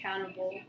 accountable